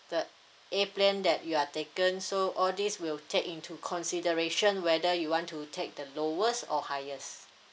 the airplane that you are taken so all these will take into consideration whether you want to take the lowest or highest